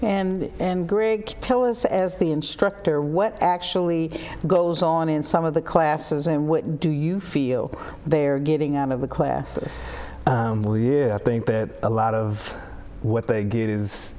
and and greg tell us as the instructor what actually goes on in some of the classes and what do you feel they are getting out of the classes will yeah i think that a lot of what they get is